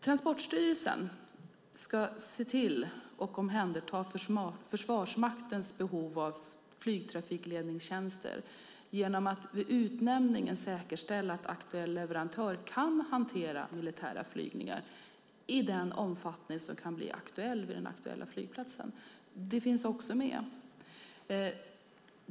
Transportstyrelsen ska omhänderta Försvarsmaktens behov av flygtrafikledningstjänster genom att vid utnämningen säkerställa att aktuell leverantör kan hantera militära flygningar i den omfattning som kan bli aktuell vid den aktuella flygplatsen. Detta finns också med.